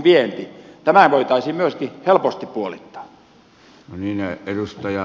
myöskin tämä voitaisiin helposti puolittaa